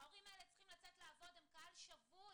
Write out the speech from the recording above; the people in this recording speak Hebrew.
ההורים האלה צריכים לעבוד, הם קהל שבוי.